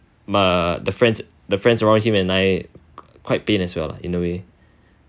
uh the friends the friends around him and I quite pain as well lah in a way